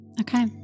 Okay